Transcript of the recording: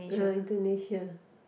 uh Indonesia